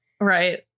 Right